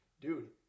Dude